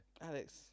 Alex